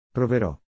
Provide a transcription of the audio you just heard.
Proverò